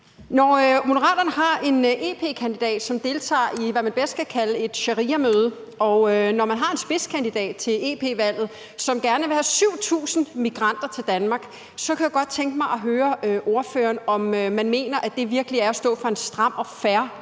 Når Moderaterne har en EP-kandidat, som deltager i, hvad man bedst kan kalde et shariamøde, og når man har en spidskandidat til EP-valget, som gerne vil have 7.000 migranter til Danmark, kunne jeg godt tænke mig at høre ordføreren, om man mener, at det virkelig er at stå for en stram og fair